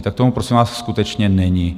Tak tomu, prosím vás, skutečně není.